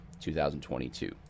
2022